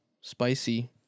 spicy